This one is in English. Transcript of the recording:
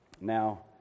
Now